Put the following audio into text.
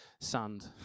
sand